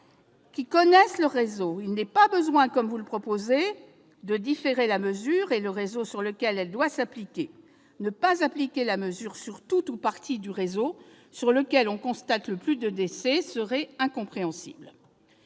qui connaissent leur réseau. Il n'est donc pas besoin, comme vous le proposez, de différer la mesure et de modifier le réseau auquel elle doit s'appliquer. Ne pas appliquer la mesure à tout ou partie du réseau sur lequel on constate le plus grand nombre de décès serait incompréhensible.